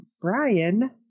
brian